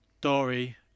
Dory